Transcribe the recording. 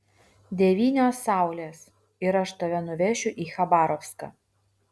devynios saulės ir aš tave nuvešiu į chabarovską